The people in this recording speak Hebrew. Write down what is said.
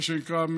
מה שנקרא,